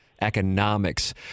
economics